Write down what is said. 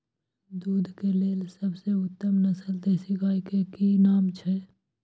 दूध के लेल सबसे उत्तम नस्ल देसी गाय के की नाम छै?